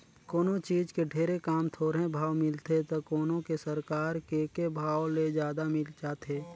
कोनों चीज के ढेरे काम, थोरहें भाव मिलथे त कोनो के सरकार के के भाव ले जादा मिल जाथे